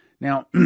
Now